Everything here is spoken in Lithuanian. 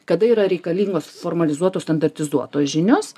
kada yra reikalingos formalizuotos standartizuotos žinios